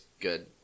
good